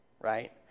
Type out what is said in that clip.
right